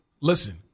listen